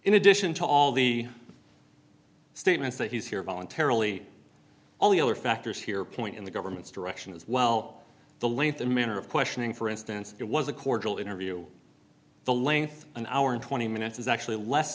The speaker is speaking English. in addition to all the statements that he's here voluntarily all the other factors here point in the government's direction as well the length and manner of questioning for instance it was a cordial interview the length an hour and twenty minutes is actually less